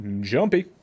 Jumpy